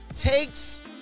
takes